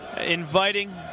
inviting